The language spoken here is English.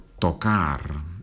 tocar